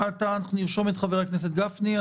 נרשום את חבר הכנסת גפני.